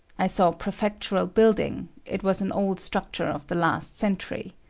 i saw prefectural building it was an old structure of the last century.